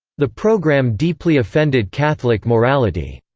the program deeply offended catholic morality.